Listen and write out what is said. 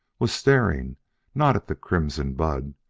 was staring not at the crimson bud,